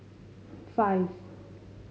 five